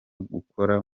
gukora